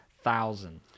thousand